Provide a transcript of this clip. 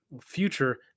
future